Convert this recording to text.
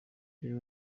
reka